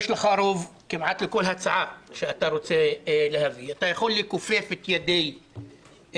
לאפשר לשאשא-ביטון להיות יושבת-ראש הוועדה.